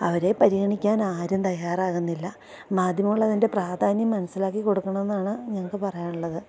അവരെ പരിഗണിക്കാൻ ആരും തയ്യാറാകുന്നില്ല മാധ്യമങ്ങള് അതിന്റെ പ്രാധാന്യം മനസ്സിലാക്കിക്കൊടുക്കണമെന്നാണ് ഞങ്ങള്ക്ക് പറയാനുള്ളത്